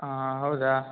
ಹಾಂ ಹೌದಾ